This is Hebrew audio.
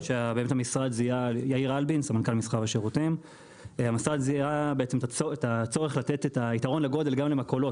המשרד זיהה את הצורך לתת את היתרון לגודל גם למכולות,